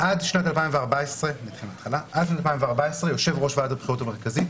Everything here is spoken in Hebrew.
עד שנת 2014 יושב ראש ועדת הבחירות המרכזית